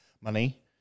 Money